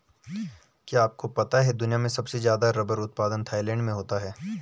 क्या आपको पता है दुनिया में सबसे ज़्यादा रबर उत्पादन थाईलैंड में होता है?